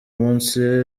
munsi